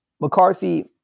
McCarthy